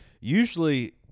usually